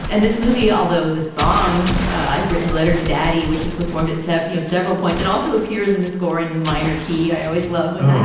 and this movie, although the song i've written, a letter to daddy, which has performed it, said, you know, several points. it also appears in the score in the minor key, i always love it, yeah